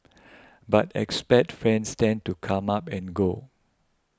but expat friends tend to come up and go